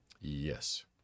Yes